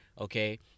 okay